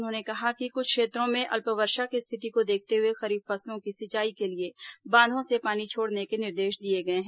उन्होंने कहा कि कुछ क्षेत्रों में अल्पवर्षा की स्थिति को देखते हुए खरीफ फसलों की सिंचाई के लिए बांधों से पानी छोड़ने के निर्देश दिए गए हैं